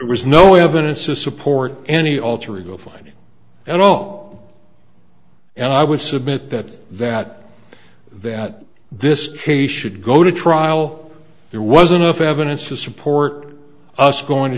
there was no evidence to support any alter ego funny at all and i would submit that that that this case should go to trial there was enough evidence to support us going to